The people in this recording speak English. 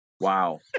Wow